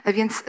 Więc